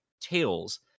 Tails